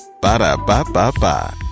Ba-da-ba-ba-ba